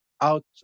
out